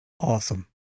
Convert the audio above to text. Awesome